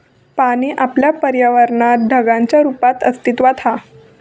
पाणी आपल्या पर्यावरणात ढगांच्या रुपात अस्तित्त्वात हा